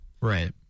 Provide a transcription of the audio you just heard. Right